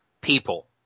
people